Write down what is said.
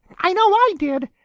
i know i did.